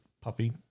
puppy